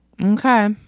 Okay